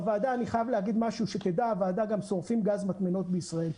אני חייב להגיד משהו שתדע הוועדה: שורפים גז מטמנות בישראל.